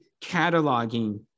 cataloging